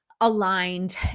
aligned